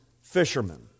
fishermen